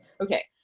okay